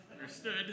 Understood